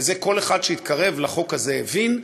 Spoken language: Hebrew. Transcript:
ואת זה כל אחד שהתקרב לחוק הזה הבין,